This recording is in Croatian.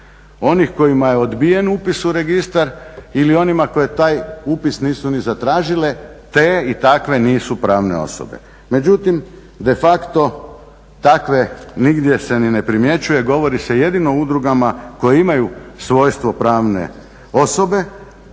Onih kojima je odbijen upis u registar ili onima koje taj upis nisu ni zatražile? Te i takve nisu pravne osobe. Međutim, de facto takve nigdje se ni ne primjećuje, govori se jedino o udrugama koje imaju svojstvo pravne osobe